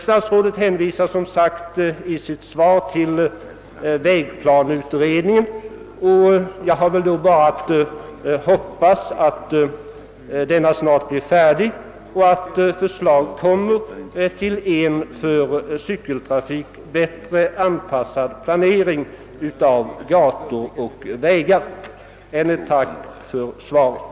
Statsrådet hänvisar i sitt svar till vägplaneutredningen. Jag kan bara hoppas att denma snart blir färdig och att förslag kommer att läggas fram om en för cykeltrafik bättre anpassad planering av gator och vägar. Jag vill än en gång tacka för svaret.